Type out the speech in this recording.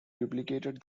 duplicated